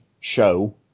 show